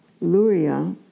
Luria